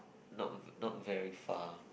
not not very far